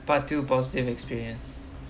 part two positive experience